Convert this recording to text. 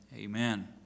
amen